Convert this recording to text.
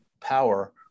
power